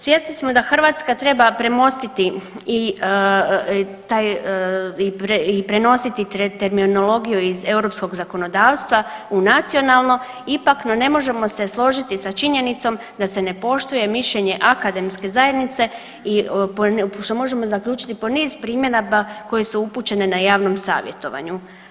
Svjesni smo da Hrvatska treba premostiti i taj i prenositi terminologiju iz europskog zakonodavstva u nacionalno, ipak no ne možemo se složiti sa činjenicom da se ne poštuje mišljenje akademske zajednice što možemo zaključiti po niz primjedaba koje su upućene na javnom savjetovanju.